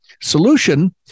Solution